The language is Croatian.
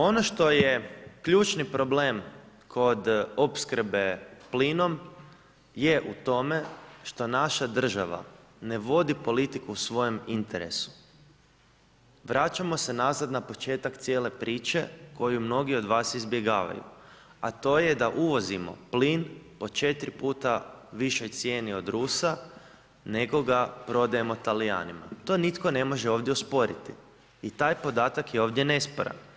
Ono što je ključni problem kod opskrbe plinom je u tome što naša država ne vodi politiku u svojem interesu, vraćamo se nazad na početak cijele priče koji mnogi od vas izbjegavaju, a to je da uvozimo plin po četiri puta višoj cijeni od Rusa nego da prodajemo Talijanima, to nitko ne može ovdje osporiti i taj podatak je ovdje nesporan.